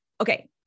Okay